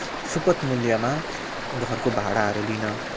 सुपथ मूल्यमा घरको भाडाहरू लिन